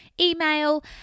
email